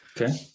Okay